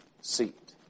seat